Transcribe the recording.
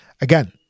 Again